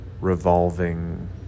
revolving